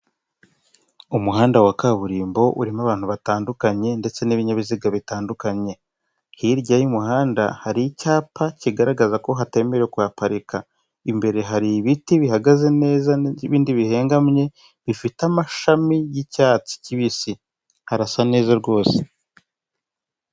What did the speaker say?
Umuhanda wa kaburimbo urimo abantu batandukanye ndetse n'ibinyabiziga bitandukanye, hirya y'umuhanda hari icyapa kigaragaza ko hatemerewe kuparika, imbere hari ibiti bihagaze neza n'ibindi bihengamye bifite amashami y'icyatsi kibisi harasa neza rwose.